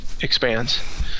expands